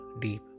deep